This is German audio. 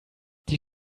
die